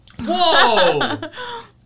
Whoa